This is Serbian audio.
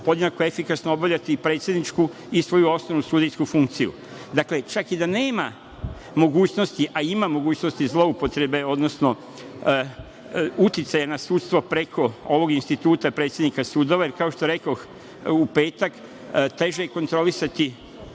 podjednako efikasno obavljati i predsedničku i svoju osnovnu sudijsku funkciju. Čak i da nema mogućnosti, a ima mogućnosti, zloupotrebe odnosno uticaja na sudstvo preko ovog instituta predsednika sudova, jer kao što rekoh u petak, teže je kontrolisati